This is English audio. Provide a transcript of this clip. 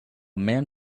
man